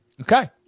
Okay